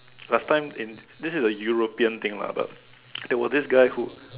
last time in this is a European thing lah but there was this guy who